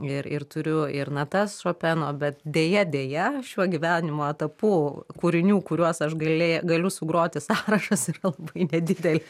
ir ir turiu ir natas šopeno bet deja deja šiuo gyvenimo etapu kūrinių kuriuos aš galė galiu sugroti sąrašas yra labai nedideli